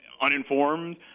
uninformed